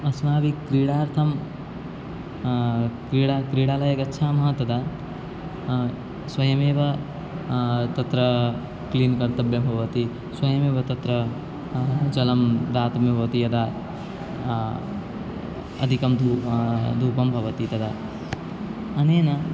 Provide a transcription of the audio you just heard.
अस्माभिः क्रीडार्थं क्रीडा क्रीडालयं गच्छामः तदा स्वयमेव तत्र क्लीन् कर्तव्यं भवति स्वयमेव तत्र जलं दातुमिव भवति यदा अधिकं धूपं धूपः भवति तदा अनेन